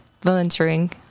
volunteering